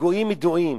פיגועים ידועים.